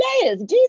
jesus